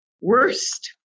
worst